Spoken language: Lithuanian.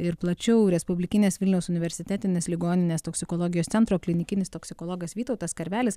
ir plačiau respublikinės vilniaus universitetinės ligoninės toksikologijos centro klinikinis toksikologas vytautas karvelis